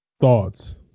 thoughts